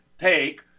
take